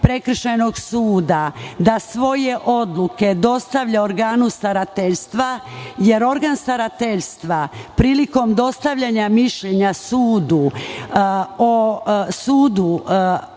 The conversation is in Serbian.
prekršajnog suda da svoje odluke dostavlja organu starateljstva jer organ starateljstva, prilikom dostavljanja mišljenja sudu u